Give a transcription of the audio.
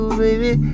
baby